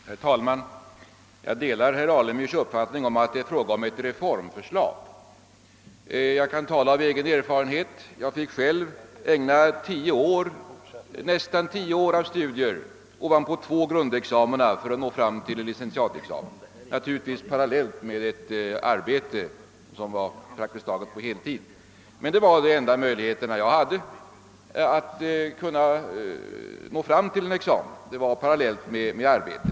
Herr talman! Jag delar herr Alemyrs uppfattning att det är fråga om ett reformförslag. Jag kan tala av egen erfarenhet och berätta att jag själv fick ägna nästan tio års studier efter två grundexamina för att nå fram till en licentiatexamen. Naturligtvis skedde studierna parallellt med ett annat arbete som gällde praktiskt taget heltid. Men den enda möjligheten som jag hade för att klara en examen var att studera samtidigt som jag hade annat arbete.